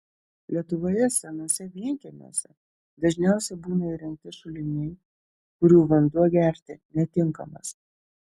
lietuvoje senuose vienkiemiuose dažniausia būna įrengti šuliniai kurių vanduo gerti netinkamas